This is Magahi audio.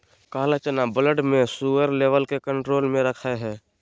काला चना ब्लड में शुगर लेवल के कंट्रोल में रखैय हइ